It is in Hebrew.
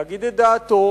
להגיד את דעתו,